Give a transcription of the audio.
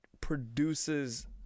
produces